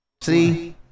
See